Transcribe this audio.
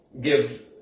give